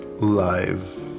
live